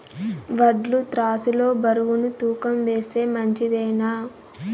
వడ్లు త్రాసు లో బరువును తూకం వేస్తే మంచిదేనా?